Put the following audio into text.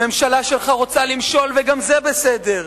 הממשלה שלך רוצה למשול, וגם זה בסדר.